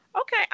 Okay